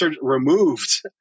removed